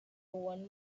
one